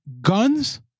guns